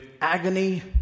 agony